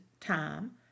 time